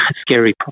scary